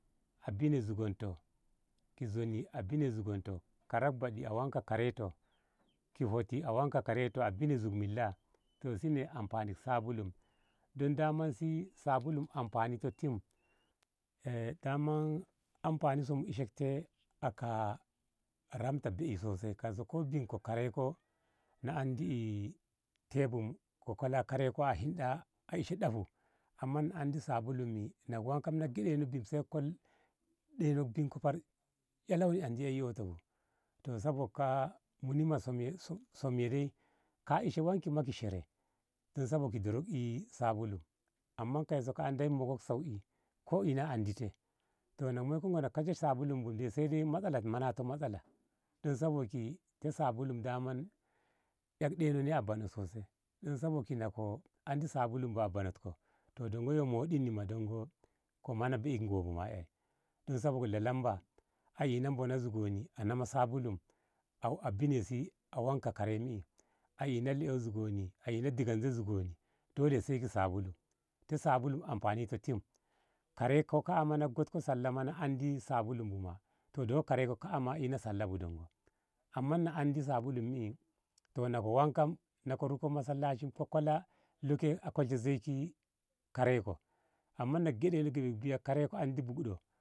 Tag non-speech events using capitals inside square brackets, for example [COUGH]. A bine zugonto ki zoni a bine zugonto karab baɗi a wanka karento ki hoti a wanka karento a bine zuk milla toh si ne amfanik sabulu don dama si sabulu anfani toh tim eh dama anfani so mu ishek te aka ramta be. i sosai kaiso ko bin ko kare ko na andi te bu ko kola karenko a hinɗa a ishe ɗahu amma na andi sabulu e na ko wanka ɗeino bi ko kola ɗeinok bin ko ƙawal andi ei ƴoto bu toh sabok ka. a muni ma som e ka ishe wanki ki shere don sabok durok [HESITATION] sabulu amma kaiso ka. a ndeyi mokok sauki ko ina andi te toh na ko moiko ngo kaja sabulu bu dai sai dai matsala manato matsala don sabok si sabulu ei ɗeinok banoh ne sosai don sabok na ko andi sabulu a banok ko toh dongo yo mohdin ni ma dongo ko manak be. e ki ngomu ba ma. e don sabok lalamba a iuna mona zugonni a nama sabulu a bine si a wanka karai ni a ina leƙo zugonni a ina digenze zugoni dole sai da sabulu te sabulu amfani toh tim karai ko ka. a ma na got ko sallah ma na an sabulu bu ma dongo karai ko a ina sallah bu dongo amma na an sabulu na ko wanka na ko riko masallaci ko kola lo ke a kolshe zei yo karenko amma nagedal karenko andi budiko.